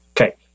Okay